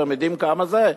אתם יודעים כמה זה?